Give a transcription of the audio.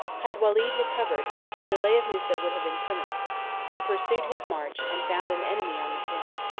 had walid recovered, the delay of musa would have been criminal he pursued his march, and found an enemy on the throne.